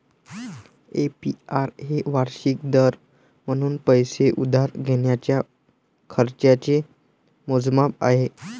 APR हे वार्षिक दर म्हणून पैसे उधार घेण्याच्या खर्चाचे मोजमाप आहे